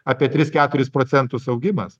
apie tris keturis procentus augimas